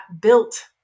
built